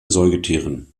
säugetieren